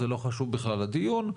זה לא חשוב בכלל לדיון,